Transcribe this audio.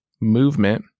movement